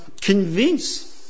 convince